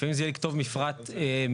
לפעמים זה יהיה לכתוב מפרט מאפס,